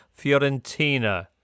Fiorentina